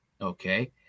okay